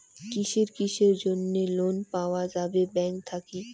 কিসের কিসের জন্যে লোন পাওয়া যাবে ব্যাংক থাকি?